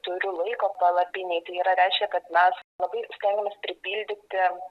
turiu laiko palapinėj yra reiškia kad mes labai stengiamės pripildyti